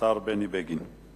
השר בני בגין.